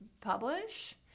publish